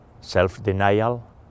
self-denial